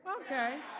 Okay